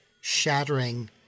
shattering